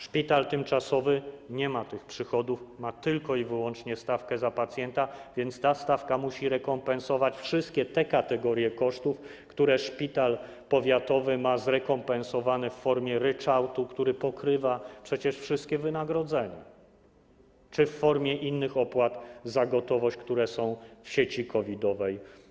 Szpital tymczasowy nie ma przychodów, ma tylko i wyłącznie stawkę za pacjenta, więc ta stawka musi rekompensować wszystkie kategorie kosztów, które szpital powiatowy ma zrekompensowane w formie ryczałtu, który pokrywa przecież wszystkie wynagrodzenia, czy w formie innych opłat za gotowość, które są płacone w sieci COVID-owej.